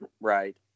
right